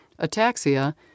ataxia